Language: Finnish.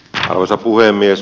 arvoisa puhemies